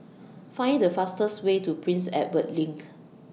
Find The fastest Way to Prince Edward LINK